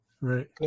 Right